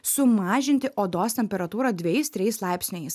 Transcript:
sumažinti odos temperatūrą dvejais trejais laipsniais